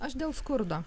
aš dėl skurdo